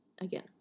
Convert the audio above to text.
again